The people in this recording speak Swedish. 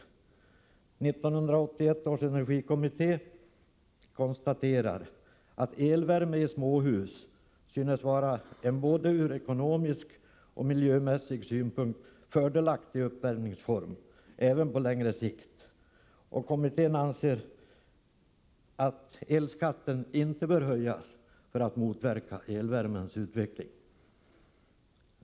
1981 års energikommitté konstaterar att elvärme i småhus synes vara en ur både ekonomisk och miljömässig synpunkt fördelaktig uppvärmningsform, även på längre sikt. Kommittén anser att elskatten inte bör höjas för att motverka elvärmens utveckling.